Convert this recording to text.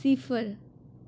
सिफर